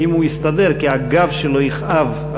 כבוד